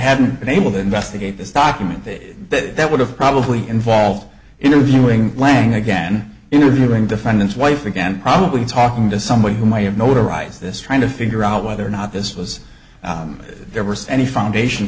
haven't been able to investigate this document that that would have probably involved interviewing lang again interviewing defendants wife again probably talking to someone who might know to rise this trying to figure out whether or not this was there were any foundation